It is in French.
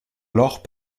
alors